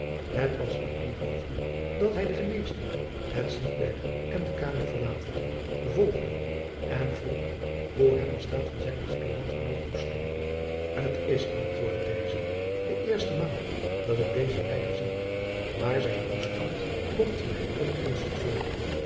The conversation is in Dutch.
het was uit dien hoofde dat hij den geneesheer het ziekbedde en de kamer verlatende volgde en vroeg hoe hem de staat van zijn zieken landgenoot toescheen t is antwoordde deze de eerste maal dat ik dezen lijder zie maar zijn toestand komt mij ongunstig voor